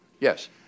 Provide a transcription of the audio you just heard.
Yes